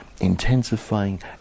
intensifying